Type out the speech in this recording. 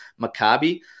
Maccabi